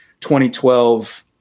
2012